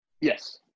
Yes